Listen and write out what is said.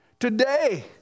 Today